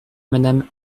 madame